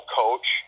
coach